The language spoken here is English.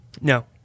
No